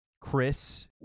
Chris